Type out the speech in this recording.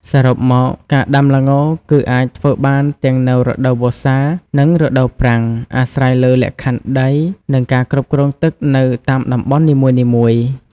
សរុបមក ការដាំល្ងគឺអាចធ្វើបានទាំងនៅរដូវវស្សា និងរដូវប្រាំង អាស្រ័យលើលក្ខខណ្ឌដី និងការគ្រប់គ្រងទឹកនៅតាមតំបន់នីមួយៗ។